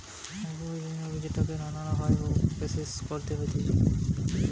cocoa বীজ নু রস বের করে চকলেট হতিছে যেটাকে নানা ভাবে প্রসেস করতে হতিছে